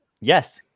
yes